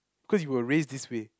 cause you were raised this way